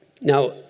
Now